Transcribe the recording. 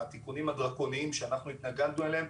התיקונים הדרקוניים שאנחנו התנגדנו אליהם,